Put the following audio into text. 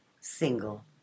single